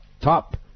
Top